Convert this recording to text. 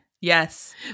Yes